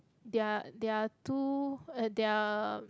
their their two eh their